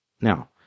Now